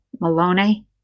Malone